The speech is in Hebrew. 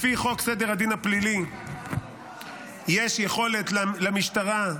לפי חוק סדר הדין הפלילי יש יכולת למשטרה,